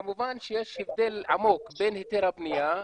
כמובן שיש הבדל עמוק בין היתר הבנייה,